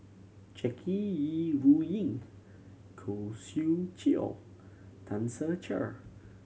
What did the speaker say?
Jackie Yi Ru Ying Khoo Swee Chiow Tan Ser Cher